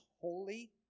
holy